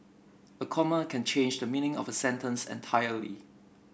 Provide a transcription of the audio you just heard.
a comma can change the meaning of sentence entirely